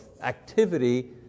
activity